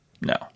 No